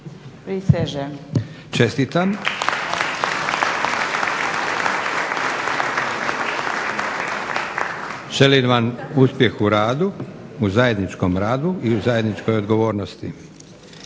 Čestitam. Pljesak. Želim vam uspjeh u zajedničkom radu i u zajedničkoj odgovornosti.